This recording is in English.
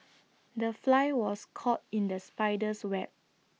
the fly was caught in the spider's web